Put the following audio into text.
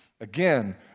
Again